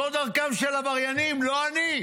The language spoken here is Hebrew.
זו דרכם של עבריינים, לא אני.